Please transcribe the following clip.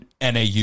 NAU